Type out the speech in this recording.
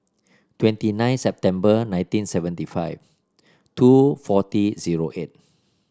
twenty nine September nineteen seventy five two forty zero eight